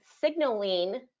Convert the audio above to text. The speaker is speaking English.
signaling